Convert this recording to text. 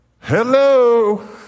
Hello